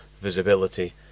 visibility